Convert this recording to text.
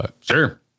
Sure